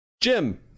Jim